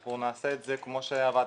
אנחנו נעשה את זה כמו ש --- מבקשת,